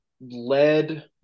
led